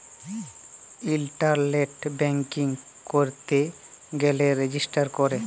ইলটারলেট banking ক্যইরতে গ্যালে register ক্যরে